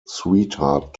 sweetheart